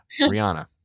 rihanna